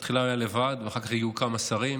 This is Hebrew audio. בתחילה הוא היה לבד, ואחר כך הגיעו כמה שרים.